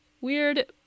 weird